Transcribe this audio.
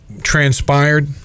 transpired